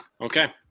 Okay